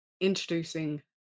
introducing